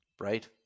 Right